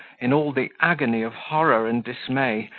in all the agony of horror and dismay,